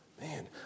Man